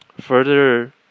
further